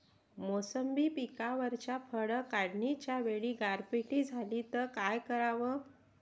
मोसंबी पिकावरच्या फळं काढनीच्या वेळी गारपीट झाली त काय कराव?